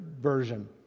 version